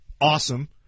Awesome